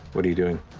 what are you doing?